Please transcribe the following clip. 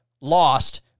lost